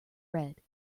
red